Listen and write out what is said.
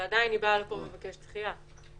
ועדיין היא באה לפה ומבקשת דחייה.